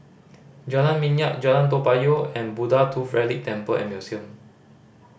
Jalan Minyak Jalan Toa Payoh and Buddha Tooth Relic Temple and Museum